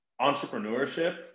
entrepreneurship